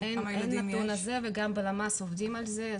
אין את הנתון הזה וגם בלמ"ס עובדים על זה.